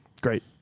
great